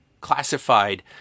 classified